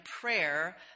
prayer